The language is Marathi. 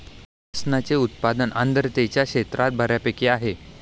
लसणाचे उत्पादन आर्द्रतेच्या क्षेत्रात बऱ्यापैकी आहे